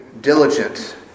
diligent